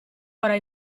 ora